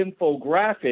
infographic